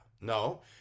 No